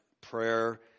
prayer